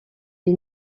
est